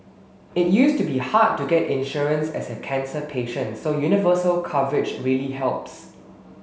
it used to be hard to get insurance as a cancer patient so universal coverage really helps